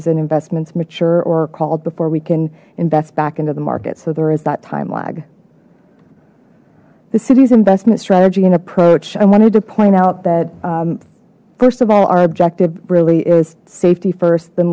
and investments mature or called before we can invest back into the market so there is that time lag the city's investment strategy and approach i wanted to point out that first of all our objective really is safety first than